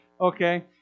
Okay